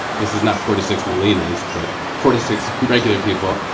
this is not four to six malina's, but four to six regular people.